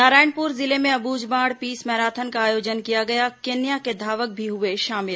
नारायणपुर जिले में Abujhmarh peace marathon का आयोजन किया गया केन्या के धावक भी हुए शामिल